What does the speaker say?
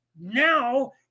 now